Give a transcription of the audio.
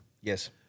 yes